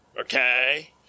Okay